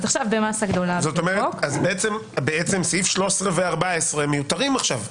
אז עכשיו במסה גדולה בחוק --- בעצם 13 ו-14 מיותרים עכשיו.